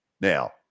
Now